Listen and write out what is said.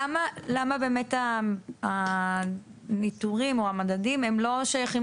למה באמת הניטורים או המדדים הם לא שייכים